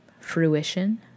Fruition